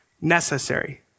necessary